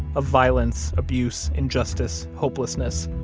of violence, abuse, injustice, hopelessness,